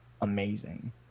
amazing